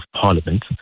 parliament